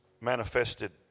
manifested